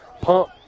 pump